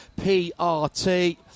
PRT